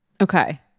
Okay